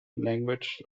language